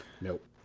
Nope